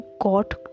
got